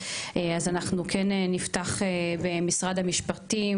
אז אנחנו כן נפתח במשרד המשפטים,